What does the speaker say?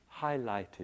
highlighted